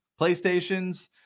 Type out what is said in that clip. PlayStations